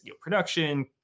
production